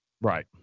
Right